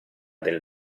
del